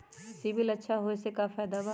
CIBIL अच्छा होऐ से का फायदा बा?